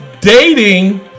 dating